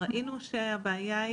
יש עלייה משמעותית